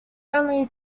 only